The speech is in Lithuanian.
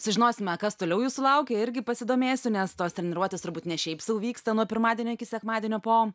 sužinosime kas toliau jūsų laukia irgi pasidomėsiu nes tos treniruotės turbūt ne šiaip sau vyksta nuo pirmadienio iki sekmadienio po